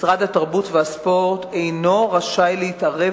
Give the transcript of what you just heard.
משרד התרבות והספורט אינו רשאי להתערב